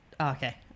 Okay